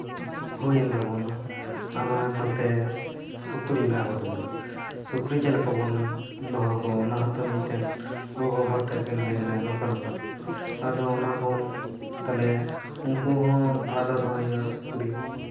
ᱦᱩᱭᱮᱱ ᱛᱟᱵᱚᱱᱟ ᱟᱵᱟᱨ ᱱᱚᱛᱮ ᱥᱩᱠᱨᱤ ᱢᱮᱱᱟᱜ ᱠᱚᱛᱟᱵᱚᱱᱟ ᱥᱩᱠᱨᱤ ᱪᱮᱫᱞᱮᱠᱟ ᱵᱚᱱ ᱫᱚᱦᱚ ᱠᱚᱣᱟ ᱚᱱᱟ ᱦᱚᱸᱛᱚ ᱢᱤᱫᱴᱮᱱ ᱜᱚᱜᱚ ᱵᱟᱵᱟ ᱛᱟᱹᱠᱤᱱ ᱠᱤᱱ ᱞᱟᱹᱭᱮᱫᱟ ᱱᱚᱝᱠᱟᱼᱱᱚᱝᱠᱟ ᱟᱫᱚ ᱚᱱᱟ ᱵᱚᱱ ᱛᱟᱞᱚᱦᱮ ᱩᱱᱠᱩ ᱦᱚᱸ ᱟᱞᱟᱫᱟ ᱫᱚᱦᱚ ᱦᱩᱭᱩᱜᱼᱟ ᱥᱩᱠᱨᱤ